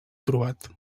trobat